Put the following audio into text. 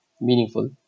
meaningful